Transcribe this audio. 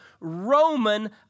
Roman